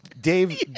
Dave